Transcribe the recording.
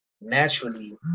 naturally